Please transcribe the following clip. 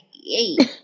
Yay